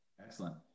excellent